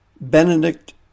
Benedict